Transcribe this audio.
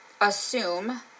assume